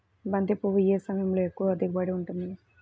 బంతి పువ్వు ఏ సమయంలో ఎక్కువ దిగుబడి ఉంటుంది?